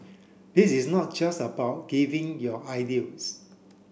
this is not just about giving your ideas